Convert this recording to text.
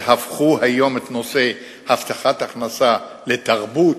שהפכו היום את נושא הבטחת ההכנסה לתרבות,